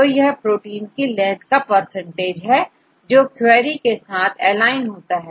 तो यह प्रोटीन की लेंथ का परसेंटेज है जो क्वेरी के साथ एलाइन होता है